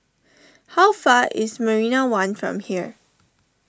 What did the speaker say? how far is Marina one from here